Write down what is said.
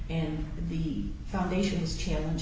and the foundations challenge